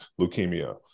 leukemia